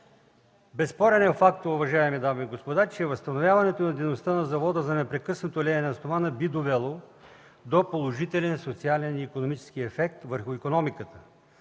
Безспорен е фактът, уважаеми дами и господа, че възстановяването на дейността на Завода за непрекъснато леене на стомана би довело до положителен социален и икономически ефект върху икономиката,